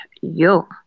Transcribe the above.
yo